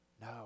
no